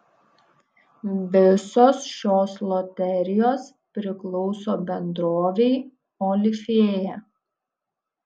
visos šios loterijos priklauso bendrovei olifėja